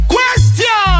Question